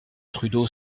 trudeau